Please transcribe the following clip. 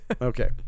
Okay